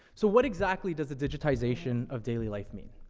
so what exactly does the digitization of daily life mean?